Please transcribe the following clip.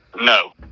No